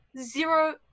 zero